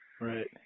right